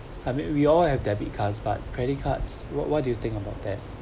I mean we all have debit cards but credit cards what what do you think about that